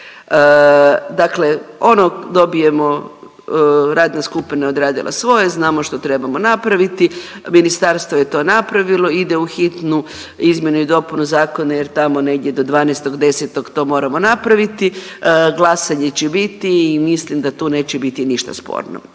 Dakle ono dobijemo, radna skupina je odradila svoje, znamo što trebamo napraviti, ministarstvo je to napravilo, ide u hitnu izmjenu i dopunu zakona jer tamo negdje do 12.10. to moramo napraviti, glasanje će biti i mislim da tu neće biti ništa sporno.